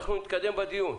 אנחנו נתקדם בדיון.